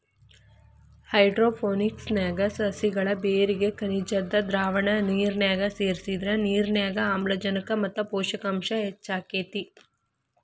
hydroponics ನ್ಯಾಗ ಸಸಿಗಳ ಬೇರಿಗೆ ಖನಿಜದ್ದ ದ್ರಾವಣ ನಿರ್ನ್ಯಾಗ ಸೇರ್ಸಿದ್ರ ನಿರ್ನ್ಯಾಗ ಆಮ್ಲಜನಕ ಮತ್ತ ಪೋಷಕಾಂಶ ಹೆಚ್ಚಾಕೇತಿ